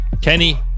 Kenny